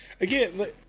Again